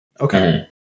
Okay